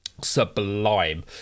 sublime